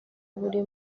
buri